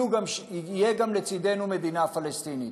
תהיה לצדנו מדינה פלסטינית.